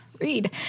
Read